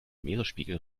meeresspiegel